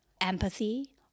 empathy